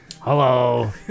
Hello